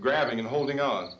grabbing and holding on